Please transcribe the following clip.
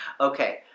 Okay